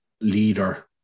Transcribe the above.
leader